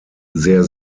sehr